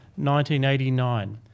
1989